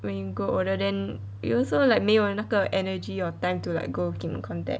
when you grow older then you also like 没有那个 energy or time to like go keep in contact